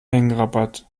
mengenrabatt